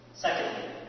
Secondly